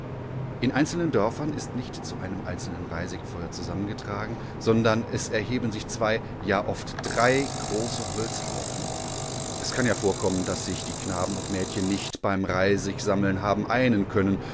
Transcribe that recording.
in einzelnen dörfern ist nicht zu einem einzelnen reisigfeuer zusammengetragen sondern es erheben sich zwei ja oft drei große holzhaufen eskannjavorkommen daßsichdieknabenundmädchennicht beim reisigsammeln haben einen können